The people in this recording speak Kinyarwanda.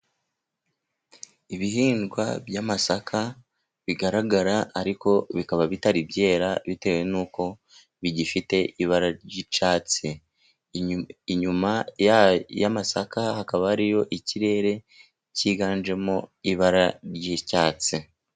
Ibihingwa by'amasaka bigaragara, ariko bikaba bitari byera bitewe nuko bigifite ibara ry'icatsi. Inyuma y'amasaka hakaba hariyo ikirere kiganjemo ibara ry'icyatsi.